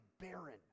barren